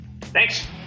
Thanks